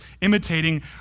imitating